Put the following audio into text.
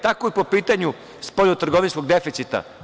Tako i po pitanju spoljno-trgovinskog deficita.